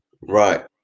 Right